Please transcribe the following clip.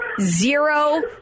zero